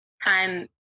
time